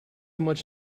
much